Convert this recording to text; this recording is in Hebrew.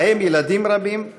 ובהם ילדים רבים,